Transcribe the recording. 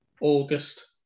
August